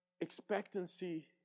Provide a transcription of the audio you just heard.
expectancy